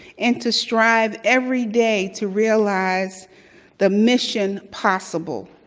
and to strive every day to realize the mission possible,